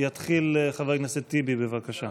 יתחיל חבר הכנסת בוסו, בבקשה.